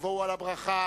יבואו על הברכה